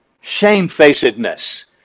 shamefacedness